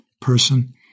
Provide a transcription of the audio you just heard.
person